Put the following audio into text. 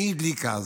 מי הדליק אז?